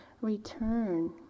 return